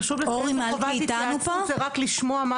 חשוב לציין שחובת התייעצות זה רק לשמוע מה